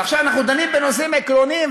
אבל עכשיו אנחנו דנים בנושאים עקרוניים,